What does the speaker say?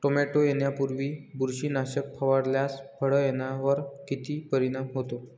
Tomato येण्यापूर्वी बुरशीनाशक फवारल्यास फळ येण्यावर किती परिणाम होतो?